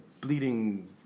bleeding